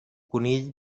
conill